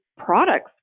products